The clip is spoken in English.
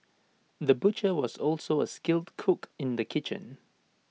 the butcher was also A skilled cook in the kitchen